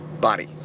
body